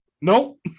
nope